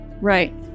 Right